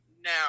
now